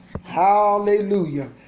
Hallelujah